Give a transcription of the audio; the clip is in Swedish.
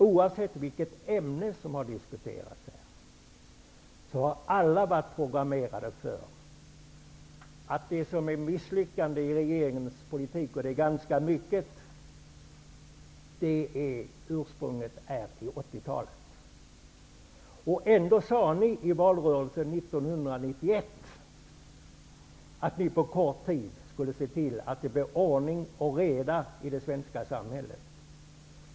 Oavsett vilket ämne som har diskuterats, har alla varit programmerade för att misslyckandena i regeringens politik -- och de är ganska många -- har sitt ursprung i 1980-talet. Ändå sade ni i valrörelsen 1991 att ni på kort tid skulle se till att det blev ordning och reda i det svenska samhället.